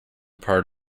part